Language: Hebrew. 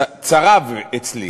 צרב אצלי